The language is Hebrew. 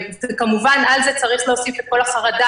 וכמובן שעל זה צריך להוסיף את כל החרדה